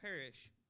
perish